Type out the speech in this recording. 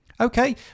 Okay